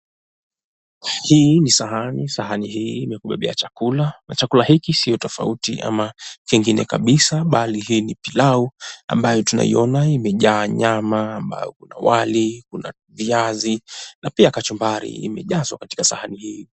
Hii ni sahani. Sahani hii ni ya kubebea chakula na chakula hii sio tofauti au pengine kabisa, bali hii ni pilau ambayo tunaiona, nyama, wali, viazi na pia kachumbari imejazwa katika sahani hii.